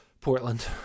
Portland